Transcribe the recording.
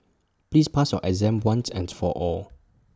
please pass your exam once and for all